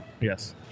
Yes